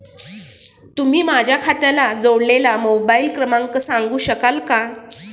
तुम्ही माझ्या खात्याला जोडलेला मोबाइल क्रमांक सांगू शकाल का?